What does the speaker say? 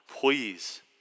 please